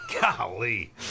Golly